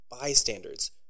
bystanders